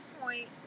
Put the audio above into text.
point